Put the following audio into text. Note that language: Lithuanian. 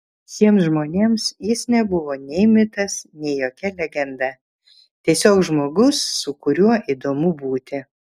šiems žmonėms jis nebuvo nei mitas nei jokia legenda tiesiog žmogus su kuriuo įdomu būti